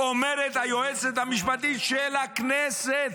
אומרת היועצת המשפטית של הכנסת: